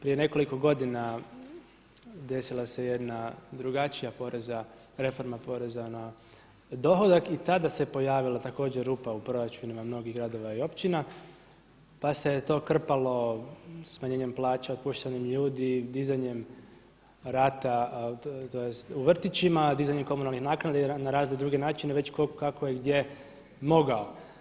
Prije nekoliko godina desila se jedna drugačija porezna, reforma poreza na dohodak i tada se pojavilo također rupa u proračunima mnogih gradova i općina pa se to krpalo smanjenjem plaća, otpuštanjem ljudi, dizanjem rata, tj. u vrtićima, dizanjem komunalnih naknada ili na razne druge načine već kako je tko gdje mogao.